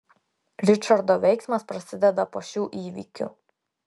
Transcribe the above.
ričardo veiksmas prasideda po šių įvykių